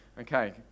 Okay